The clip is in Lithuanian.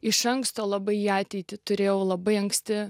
iš anksto labai į ateitį turėjau labai anksti